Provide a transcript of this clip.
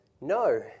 No